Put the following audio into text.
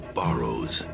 borrows